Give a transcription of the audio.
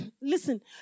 Listen